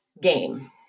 game